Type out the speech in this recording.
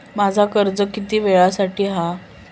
माझा कर्ज किती वेळासाठी हा?